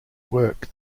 work